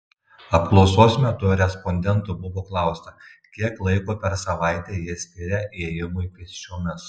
apklausos metu respondentų buvo klausta kiek laiko per savaitę jie skiria ėjimui pėsčiomis